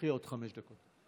קחי עוד חמש דקות.